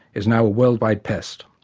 is now a worldwide pest.